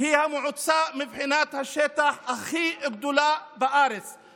היא המועצה הכי גדולה בארץ מבחינת השטח.